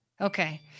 Okay